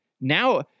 Now